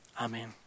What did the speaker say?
Amen